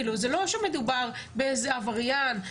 כאילו זה לא שמדובר באיזה עבריין,